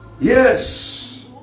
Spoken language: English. yes